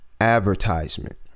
advertisement